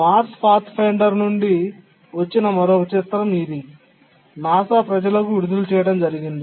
Mars pathfinder నుండి వచ్చిన మరొక చిత్రం ఇది courtesy నాసా ప్రజలకు విడుదల చేయడం జరిగింది